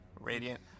radiant